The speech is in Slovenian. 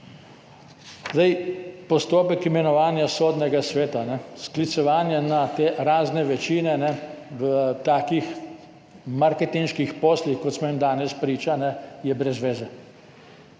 Postopek imenovanja sodnega sveta, sklicevanje na te razne večine v takih marketinških poslih, kot smo jim danes priča, je brez zveze.